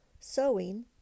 sewing